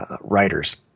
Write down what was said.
writers